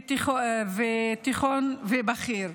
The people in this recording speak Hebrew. תיכון ובכיר.